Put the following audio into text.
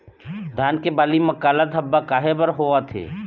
धान के बाली म काला धब्बा काहे बर होवथे?